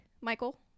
Michael